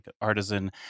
artisan